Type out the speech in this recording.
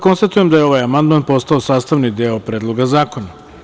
Konstatujem da je ovaj amandman postao sastavni deo Predloga zakona.